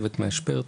צוות משבר,